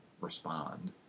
respond